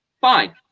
Fine